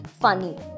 funny